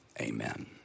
amen